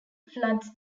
floods